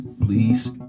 please